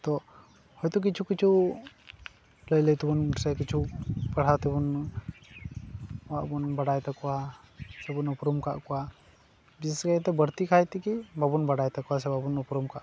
ᱛᱚ ᱦᱚᱭᱛᱳ ᱠᱤᱪᱷᱩ ᱠᱤᱪᱷᱩ ᱞᱟᱹᱭ ᱞᱟᱹᱭ ᱛᱮᱵᱚᱱ ᱥᱮ ᱠᱤᱪᱷᱩ ᱯᱟᱲᱦᱟᱣ ᱛᱮᱵᱚᱱ ᱵᱚᱱ ᱵᱟᱲᱟᱭ ᱛᱟᱠᱚᱣᱟ ᱥᱮᱵᱚᱱ ᱩᱯᱨᱩᱢ ᱠᱟᱜ ᱠᱚᱣᱟ ᱵᱤᱥᱮᱥ ᱠᱟᱭᱛᱮ ᱵᱟᱹᱲᱛᱤ ᱠᱟᱭ ᱛᱮᱜᱮ ᱵᱟᱵᱚᱱ ᱵᱟᱰᱟᱭ ᱛᱟᱠᱚᱣᱟ ᱥᱮ ᱵᱟᱵᱚᱱ ᱩᱯᱨᱩᱢ ᱠᱟᱜ ᱠᱚᱣᱟ